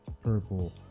purple